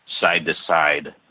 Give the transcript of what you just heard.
side-to-side